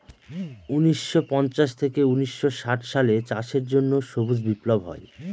উনিশশো পঞ্চাশ থেকে উনিশশো ষাট সালে চাষের জন্য সবুজ বিপ্লব হয়